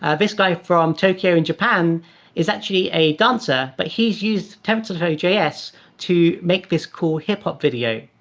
ah this guy from tokyo in japan is actually a dancer. but he's used tensorflow js to make this cool hip-hop video.